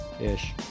ish